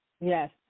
Yes